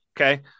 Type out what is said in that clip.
Okay